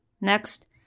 Next